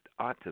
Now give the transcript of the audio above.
autism